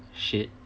shit